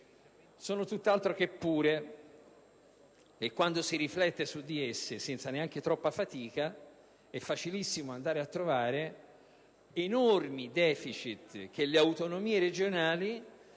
sono tutt'altro che pure e quando si riflette su di esse, senza neanche troppa fatica, è facilissimo andare a trovare enormi deficit che le autonomie regionali